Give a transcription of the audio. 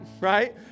right